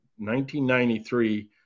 1993